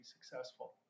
successful